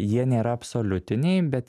jie nėra absoliutiniai bet